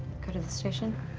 go to the station?